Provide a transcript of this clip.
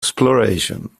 exploration